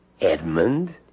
Edmund